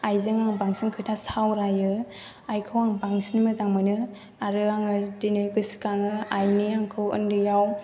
आइजों आं बांसिन खोथा सावरायो आइखौ आं बांसिन मोजां मोनो आरो आङो दिनै गोसोखाङो आइनि आंखौ उन्दैयाव